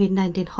ninety